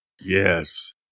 Yes